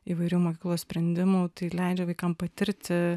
įvairių mokyklos sprendimų tai leidžia vaikam patirti